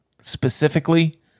specifically